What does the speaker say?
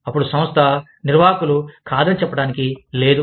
అప్పుడు సంస్థ నిర్వాహకులు కాదని చెప్పటానికి లేదు